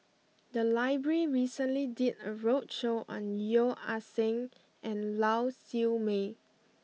the library recently did a roadshow on Yeo Ah Seng and Lau Siew Mei